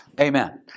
Amen